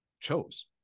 Chose